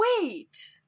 Wait